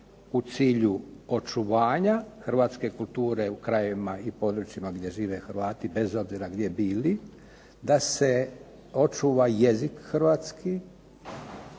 u cilju očuvanja hrvatske kulture u krajevima i područjima gdje žive Hrvati bez obzira gdje bili, da se očuva jezik hrvatski